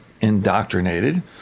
indoctrinated